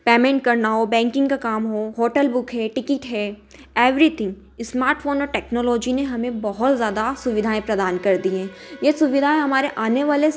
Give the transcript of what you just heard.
payment करना हो banking का काम हो होटल बुक है टिकिट है एवरीथिंग स्मार्टफोन और टेक्नोलॉजी ने हमें बहुत ज़्यादा सुविधाएँ प्रदान कर दी हैं यह सुविधाएँ हमारे आने वाले